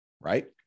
right